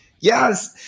yes